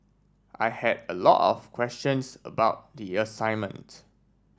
I had a lot of questions about the assignment